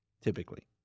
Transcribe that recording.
typically